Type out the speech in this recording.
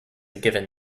given